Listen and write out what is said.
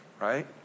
right